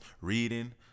Reading